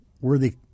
worthy